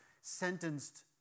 sentenced